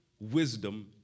wisdom